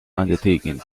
undertaken